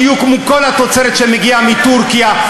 בדיוק כמו כל התוצרת שמגיעה מטורקיה,